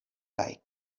kaj